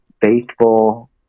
faithful